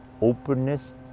openness